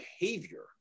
behavior